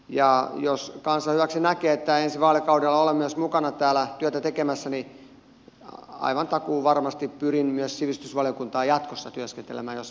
ja jos kansa hyväksi näkee että ensi vaalikaudella olen myös mukana täällä työtä tekemässä niin aivan takuuvarmasti pyrin myös sivistysvaliokuntaan jatkossa työskentelemään jos minut sinne huolitaan